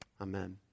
Amen